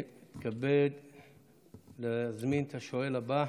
אני מתכבד להזמין את השואל הבא,